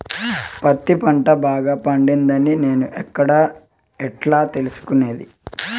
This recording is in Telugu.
పత్తి పంట బాగా పండిందని నేను ఎక్కడ, ఎట్లా తెలుసుకునేది?